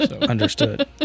Understood